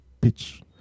pitch